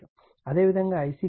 అదేవిధంగా Ic కూడా Ia∠120o